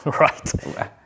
right